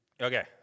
Okay